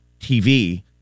TV